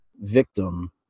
victim